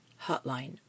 hotline